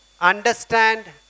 understand